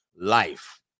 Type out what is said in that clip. life